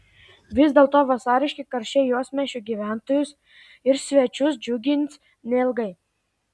vis dėlto vasariški karščiai uostamiesčio gyventojus ir svečius džiugins neilgai